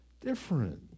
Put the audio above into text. different